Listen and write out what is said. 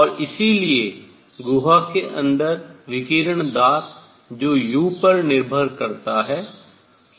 और इसलिए गुहा के अंदर विकिरण दाब जो u पर निर्भर करता है